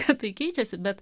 kad tai keičiasi bet